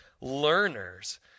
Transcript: learners